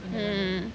mm